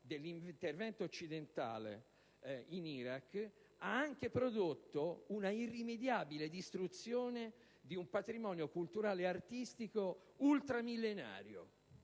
dell'intervento occidentale in Iraq ha prodotto altresì l'irrimediabile distruzione di un patrimonio culturale e artistico ultramillenario.